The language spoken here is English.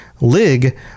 Lig